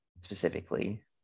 specifically